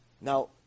Now